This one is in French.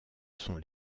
sont